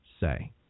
say